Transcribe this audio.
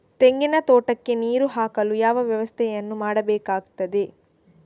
ತೆಂಗಿನ ತೋಟಕ್ಕೆ ನೀರು ಹಾಕಲು ಯಾವ ವ್ಯವಸ್ಥೆಯನ್ನು ಮಾಡಬೇಕಾಗ್ತದೆ?